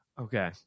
Okay